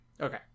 Okay